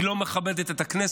היא לא מכבדת את הכנסת,